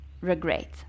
regret